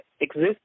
exist